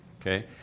Okay